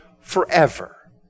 forever